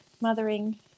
mothering